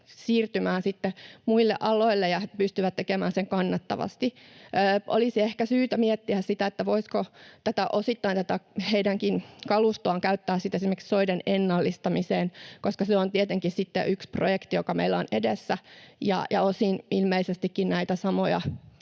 siirtymään muille aloille ja pystyvät tekemään sen kannattavasti. Olisi ehkä syytä miettiä, voisiko tätä heidänkin kalustoaan osittain käyttää esimerkiksi soiden ennallistamiseen, koska se on tietenkin sitten yksi projekti, joka meillä on edessä, ja osin ilmeisestikin näitä samoja